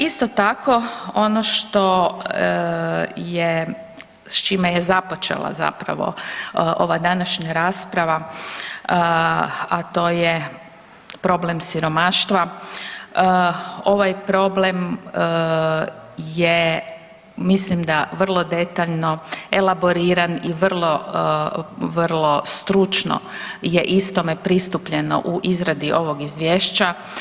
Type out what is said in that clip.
Isto tako ono što je s čime je započela ova današnja rasprava, a to je problem siromaštva, ovaj problem je mislim da vrlo detaljno elaboriran i vrlo stručno je istome pristupljeno u izradi ovog izvješća.